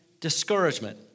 discouragement